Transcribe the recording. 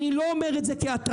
אני לא אומר את זה כהתרסה,